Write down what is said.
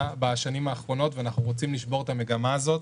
בשנים האחרונות ואנחנו רוצים לשבור את המגמה הזאת.